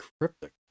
cryptic